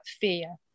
fear